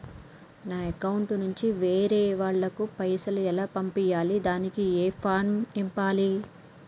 నా అకౌంట్ నుంచి వేరే వాళ్ళకు పైసలు ఎలా పంపియ్యాలి దానికి ఏ ఫామ్ నింపాలి?